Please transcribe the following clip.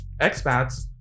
expats